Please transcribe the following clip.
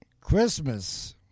Christmas